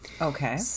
Okay